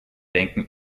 denken